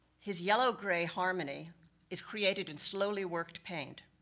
his yellow-gray harmony is created in slowly worked paint.